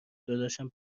داداشم